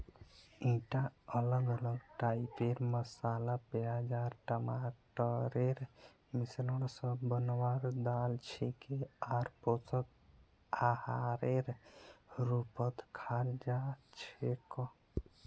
ईटा अलग अलग टाइपेर मसाला प्याज आर टमाटरेर मिश्रण स बनवार दाल छिके आर पोषक आहारेर रूपत खाल जा छेक